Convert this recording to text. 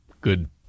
good